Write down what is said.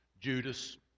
Judas